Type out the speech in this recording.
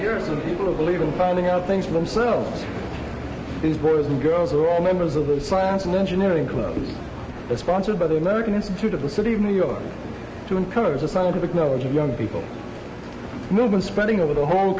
are some people believe in finding out things for themselves these boys and girls are all members of the science and engineering club sponsored by the american institute of the city of new york to encourage the scientific knowledge of young people movement spending over the whole